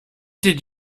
did